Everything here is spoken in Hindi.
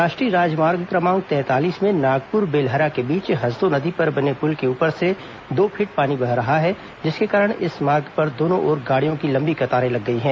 राष्ट्रीय राजमार्ग क्रमांक तैंतालीस में नागपुर बेलहरा के बीच हसदो नदी पर बने पुल के ऊपर से दो फीट पानी बह रहा है जिसके कारण इस मार्ग पर दोनों ओर गाड़ियों की लंबी कतारें लग गई है